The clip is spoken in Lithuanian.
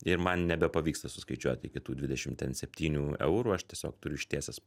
ir man nebepavyksta skaičiuot iki tų dvidešimt ten septynių eurų aš tiesiog turiu ištiesęs